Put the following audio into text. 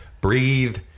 breathe